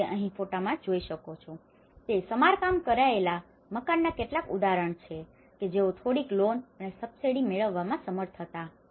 તમે જે અહીં ફોટામાં જે જોઈ શકો છો તે સમારકામ કરાયેલા મકાનોનાં કેટલાક ઉદાહરણો છે કે જેઓ થોડીક લોન અને સબસિડી મેળવવામાં સમર્થ હતા